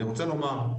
אני רוצה לומר,